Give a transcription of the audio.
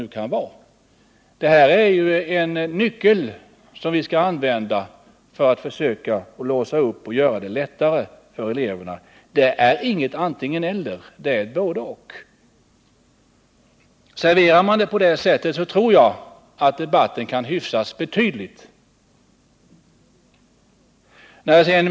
Verklighetsanknytningen är avsedd att vara en nyckel som vi skall använda för att låsa upp och försöka göra det lättare för eleverna. Detta är inget antingen-eller — det är ett både-och. Serverar man det på det sättet tror jag att debatten kan hyfsas betydligt.